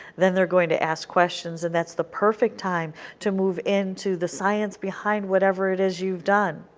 then they are going to ask questions, and that's the perfect time to move into the science behind whatever it is you have done.